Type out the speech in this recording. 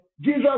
Jesus